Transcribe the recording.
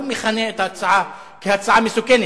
הוא מכנה את ההצעה "הצעה מסוכנת".